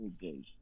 days